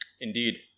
Indeed